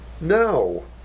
No